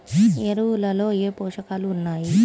ఎరువులలో ఏ పోషకాలు ఉన్నాయి?